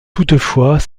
toutefois